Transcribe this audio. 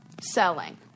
selling